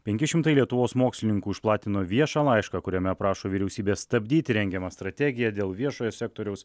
penki šimtai lietuvos mokslininkų išplatino viešą laišką kuriame prašo vyriausybės stabdyti rengiamą strategiją dėl viešojo sektoriaus